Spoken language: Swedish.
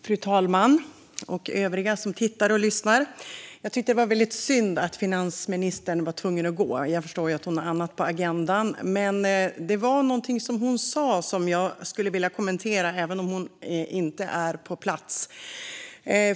Fru talman och övriga som tittar och lyssnar! Jag tyckte att det var väldigt synd att finansministern var tvungen att gå, men jag förstår att hon har annat på agendan. Jag skulle vilja kommentera något som hon sa, även om hon inte är på plats.